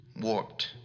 warped